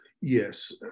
Yes